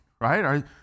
Right